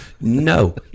No